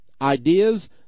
Ideas